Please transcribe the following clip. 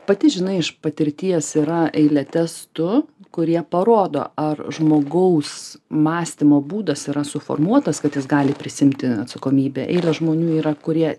pati žinai iš patirties yra eilė testų kurie parodo ar žmogaus mąstymo būdas yra suformuotas kad jis gali prisiimti atsakomybę eilė žmonių yra kurie